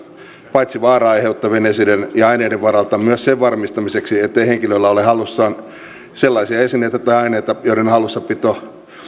paitsi vaaraa aiheuttavien esineiden ja aineiden varalta myös sen varmistamiseksi ettei henkilöllä ole hallussaan sellaisia esineitä tai aineita joiden hallussapito